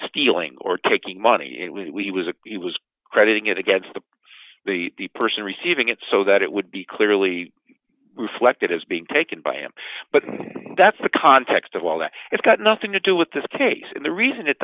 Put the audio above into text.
stealing or taking money that we was it was crediting it against the the person receiving it so that it would be clearly reflected as being taken by him but that's the context of all that it's got nothing to do with this case and the reason it